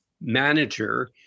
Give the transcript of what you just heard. manager